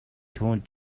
түүнд